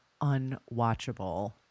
unwatchable